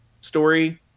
story